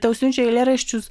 tau siunčia eilėraščius